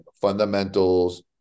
fundamentals